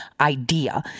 idea